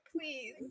please